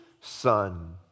Son